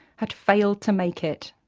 had failed to make it.